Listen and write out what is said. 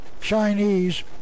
Chinese